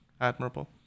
admirable